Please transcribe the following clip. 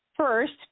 First